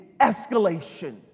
escalation